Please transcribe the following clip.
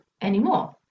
anymore